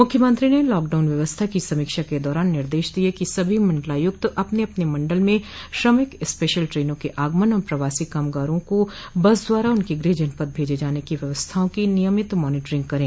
मुख्यमंत्री ने लॉकडाउन व्यवस्था की समीक्षा के दौरान निर्देश दिए कि सभी मण्डलायुक्त अपने अपने मण्डल में श्रमिक स्पेशल ट्रेनों के आगमन और प्रवासी कामगारों को बस द्वारा उनके गृह जनपद भेजे जाने की व्यवस्थाओं की नियमित मॉनिटरिंग करें